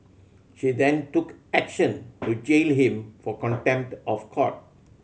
she then took action to jail him for contempt of court